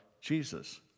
Jesus